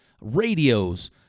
radios